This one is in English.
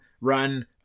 run